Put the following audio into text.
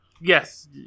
Yes